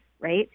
right